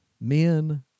Men